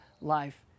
life